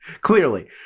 Clearly